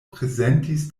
prezentis